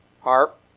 harp